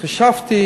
חשבתי